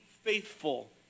faithful